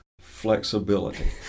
flexibility